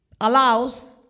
allows